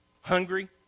Hungry